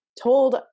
told